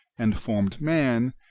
and formed man,